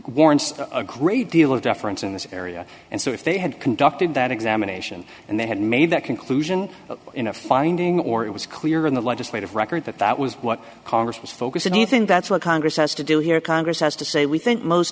warrants a great deal of deference in this area and so if they had conducted that examination and they had made that conclusion in a finding or it was clear in the legislative record that that was what congress was focused on anything that's what congress has to do here congress has to say we think most